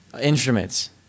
Instruments